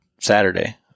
Saturday